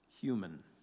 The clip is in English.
human